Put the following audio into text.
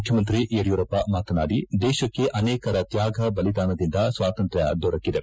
ಮುಖ್ಯಮಂತ್ರಿ ಯಡಿಯೂರಪ್ಪ ಮಾತನಾಡಿ ದೇಶಕ್ಕೆ ಅನೇಕರ ತ್ಯಾಗ ಬಲಿದಾನದಿಂದ ಸ್ವಾತಂತ್ರ್ಯ ದೊರಕಿದೆ